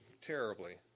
terribly